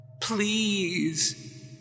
Please